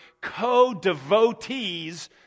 co-devotees